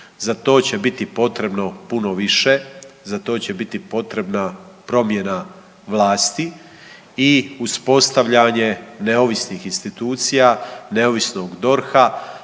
za to će biti potrebno puno više, za to će biti potrebna promjena vlasti i uspostavljanje neovisnih institucija, neovisnog DORH-a,